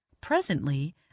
Presently